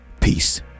peace